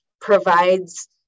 provides